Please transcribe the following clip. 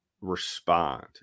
respond